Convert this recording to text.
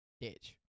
ditch